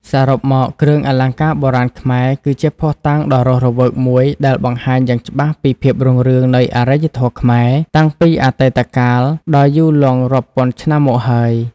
សរុបមក គ្រឿងអលង្ការបុរាណខ្មែរ គឺជាភស្តុតាងដ៏រស់រវើកមួយដែលបង្ហាញយ៉ាងច្បាស់ពី ភាពរុងរឿងនៃអរិយធម៌ខ្មែរ តាំងពីអតីតកាលដ៏យូរលង់រាប់ពាន់ឆ្នាំមកហើយ។